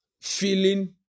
feeling